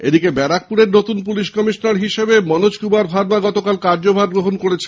এদিকে ব্যারাকপুরের নতুন পুলিশ কমিশনার হিসেবে মনোজ কুমার ভার্মা গতকাল কার্যভার গ্রহণ করেছেন